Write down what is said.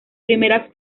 primeras